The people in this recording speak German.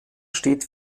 steht